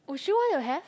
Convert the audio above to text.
would you want to have